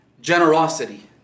generosity